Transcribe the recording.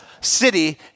city